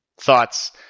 thoughts